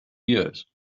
years